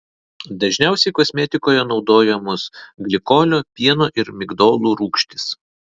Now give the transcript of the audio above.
dažniausiai kosmetikoje naudojamos glikolio pieno ir migdolų rūgštys